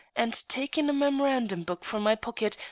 and, taking a memorandum book from my pocket,